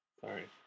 Sorry